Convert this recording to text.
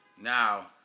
Now